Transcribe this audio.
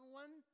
one